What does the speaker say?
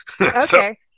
Okay